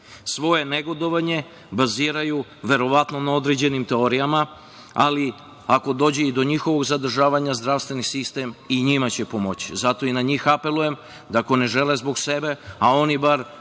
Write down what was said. Svoja negodovanja baziraju verovatno na određenim teorijama, ali ako dođe i do njihovog zadržavanja zdravstveni sistem i njima će pomoći. Zato na njih apelujem da ako ne žele zbog sebe, a oni bar